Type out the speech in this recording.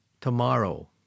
tomorrow